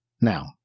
Now